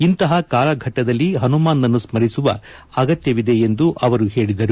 ಇಂತಹ ಕಾಲಘಟ್ಟದಲ್ಲಿ ಹನುಮಾನ್ನನ್ನು ಸ್ನರಿಸುವ ಅಗತ್ವವಿದೆ ಎಂದು ಹೇಳಿದರು